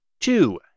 Two